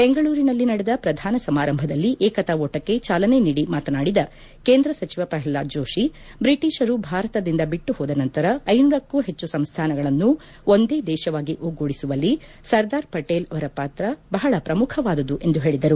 ಬೆಂಗಳೂರಿನಲ್ಲಿ ನಡೆದ ಪ್ರಧಾನ ಸಮಾರಂಭದಲ್ಲಿ ಏಕತಾ ಓಟಕ್ಕೆ ಚಾಲನೆ ನೀಡಿ ಮಾತನಾಡಿದ ಕೇಂದ್ರ ಸಚಿವ ಪ್ರಲ್ಲಾದ್ ಜೋಷಿ ಬ್ರಿಟಿಷರು ಭಾರತದಿಂದ ಬಿಟ್ಟು ಹೋದ ನಂತರ ಐನೂರಕ್ಕೂ ಹೆಚ್ಚು ಸಂಸ್ಣಾನಗಳನ್ನು ಒಂದೇ ದೇಶವಾಗಿ ಒಗ್ಗೂಡಿಸುವಲ್ಲಿ ಸರ್ದಾರ್ ಪಟೇಲ್ ಪಾತ್ರ ಬಹಳ ಪ್ರಮುಖವಾದುದು ಎಂದು ಹೇಳಿದರು